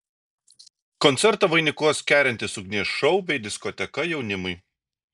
koncertą vainikuos kerintis ugnies šou bei diskoteka jaunimui